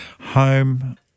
home